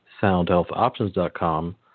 soundhealthoptions.com